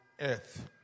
earth